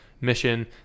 mission